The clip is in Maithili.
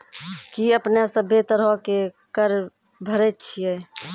कि अपने सभ्भे तरहो के कर भरे छिये?